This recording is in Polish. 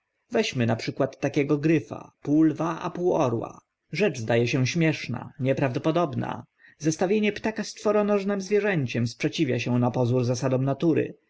weźmy na przykład takiego gryfa pół lwa a pół orła rzecz zda e się śmieszna nieprawdopodobna zestawienie ptaka z czworonożnym zwierzęciem sprzeciwia się na pozór zasadom natury